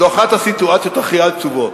זו אחת הסיטואציות הכי עצובות.